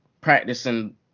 practicing